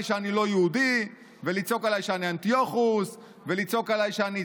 שאני לא יהודי ולצעוק עליי שאני אנטיוכוס ולצעוק עליי,